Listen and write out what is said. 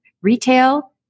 retail